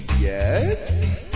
yes